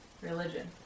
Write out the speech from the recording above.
religion